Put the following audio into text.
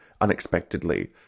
unexpectedly